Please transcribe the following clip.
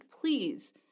please